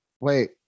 wait